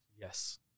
Yes